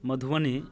Madhubani